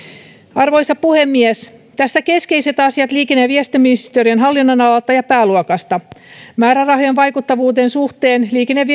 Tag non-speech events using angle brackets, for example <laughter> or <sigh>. arvoisa puhemies tässä keskeiset asiat liikenne ja viestintäministeriön hallinnonalalta ja pääluokasta määrärahojen vaikuttavuuden suhteen liikenne ja <unintelligible>